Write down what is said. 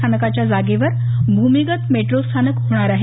स्थानकाच्या जागेवर भूमिगत मेट्रो स्थानक होणार आहे